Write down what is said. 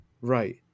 Right